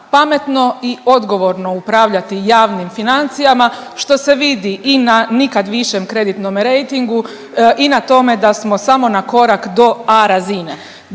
pametno i odgovorno upravljati javnim financijama što se vidi i na nikad višem kreditnom rejtingu i na tome da samo na korak do A razine